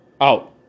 Out